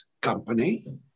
company